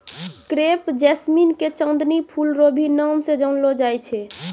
crepe jasmine के चांदनी फूल रो भी नाम से जानलो जाय छै